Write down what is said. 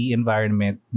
environment